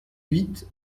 huit